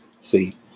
see